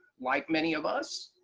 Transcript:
like many of us,